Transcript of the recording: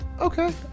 Okay